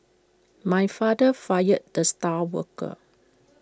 my father fired the star worker